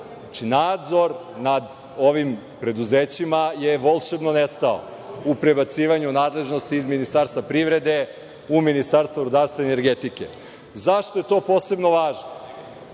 nadzor nad ovim preduzećima je volšebno nestao u prebacivanju nadležnosti iz Ministarstva privrede u Ministarstvo rudarstva i energetike.Zašto je to posebno važno?